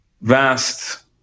vast